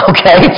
Okay